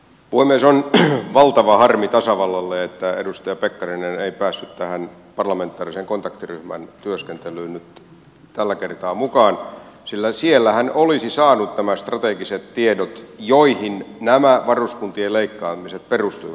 on valtava harmi tasavallalle että edustaja pekkarinen ei päässyt tähän parlamentaarisen kontaktiryhmän työskentelyyn nyt tällä kertaa mukaan sillä siellä hän olisi saanut nämä strategiset tiedot joihin nämä varuskuntien leikkaamiset perustuivat